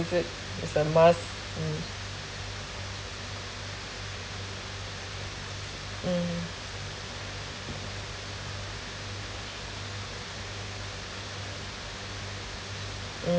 is it is a must mm mm mm